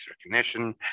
recognition